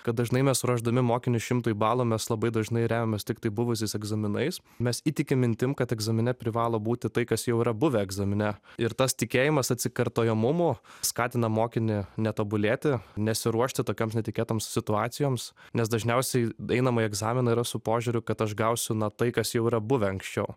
kad dažnai mes ruošdami mokinius šimtui balų mes labai dažnai remiamės tiktai buvusiais egzaminais mes įtikim mintim kad egzamine privalo būti tai kas jau yra buvę egzamine ir tas tikėjimas atsikartojamumo skatina mokinį netobulėti nesiruošti tokioms netikėtoms situacijoms nes dažniausiai einama į egzaminą yra su požiūriu kad aš gausiu na tai kas jau yra buvę anksčiau